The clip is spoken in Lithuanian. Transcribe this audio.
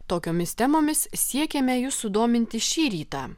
tokiomis temomis siekiame jus sudominti šį rytą